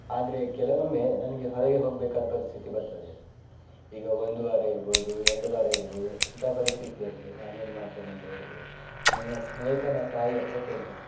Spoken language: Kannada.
ಆದರೆ ಕೆಲವೊಮ್ಮೆ ನನಗೆ ಹೊರಗೆ ಹೋಗಬೇಕಾದ ಪರಿಸ್ಥಿತಿ ಬರ್ತದೆ ಈಗ ಒಂದು ವಾರ ಇರಬಹುದು ಎರಡು ವಾರ ಇರಬಹುದು ಅಂಥ ಪರಿಸ್ಥಿತಿಯಲ್ಲಿ ನಾನೇನು ಮಾಡ್ತೇನೆ ಅಂತ ಹೇಳಿದರೆ ನನ್ನ ಸ್ನೇಹಿತನ ತಾಯಿ ಹತ್ತಿರ ಕೇಳ್ತೇನೆ